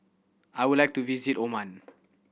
I would like to visit Oman